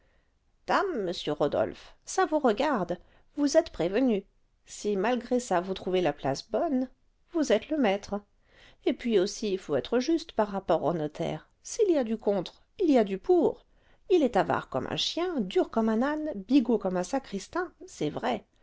dame monsieur rodolphe ça vous regarde vous êtes prévenu si malgré ça vous trouvez la place bonne vous êtes le maître et puis aussi faut être juste par rapport au notaire s'il y a du contre il y a du pour il est avare comme un chien dur comme un âne bigot comme un sacristain c'est vrai